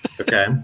Okay